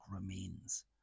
remains